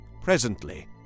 presently